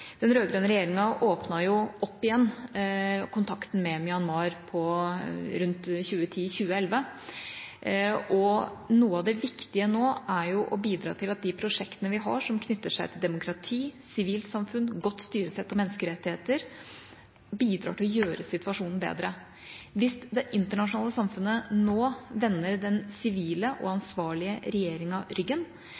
Den rød-grønne regjeringa åpnet opp igjen kontakten med Myanmar rundt 2010/2011. Noe av det viktige nå er å bidra til at de prosjektene vi har, som knytter seg til demokrati, sivilsamfunn, godt styresett og menneskerettigheter, bidrar til å gjøre situasjonen bedre. Hvis det internasjonale samfunnet nå vender den sivile og